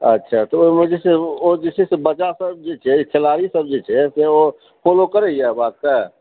अच्छा तऽ ओहिमे जे छै से ओ जे छै से बच्चा सभ जे छै खिलाड़ी सब जे छै से फोलो करैया बातकेँ